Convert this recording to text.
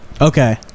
okay